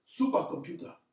supercomputer